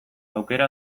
aukera